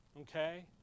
okay